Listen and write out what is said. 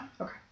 Okay